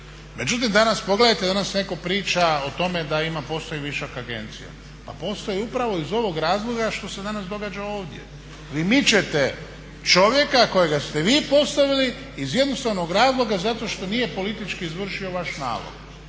Međutim, pogledajte danas netko priča o tome da postoji višak agencija. Pa postoji upravo iz ovog razloga što se danas događa ovdje. Vi mičete čovjeka kojega ste vi postavili iz jednostavnog razloga zato što nije politički izvršio vaš nalog.